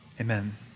Amen